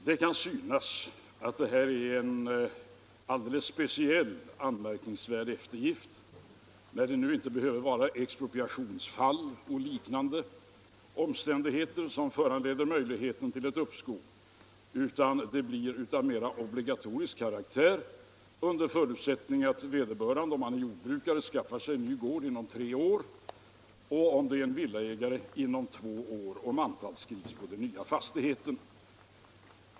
Det kan tyckas som om detta är en alldeles speciell, anmärkningsvärd eftergift, när det nu inte behöver vara expropriationsfall och liknande omständigheter som föranleder möjligheten till ett uppskov utan uppskovet blir av mera obligatorisk karaktär under förutsättning att vederbörande, om han är jordbrukare, skaffar sig en ny gård inom tre år, och om han är villaägare skaffar sig en ny villa inom två år och mantalsskrivs på den nya fastigheten.